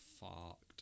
fucked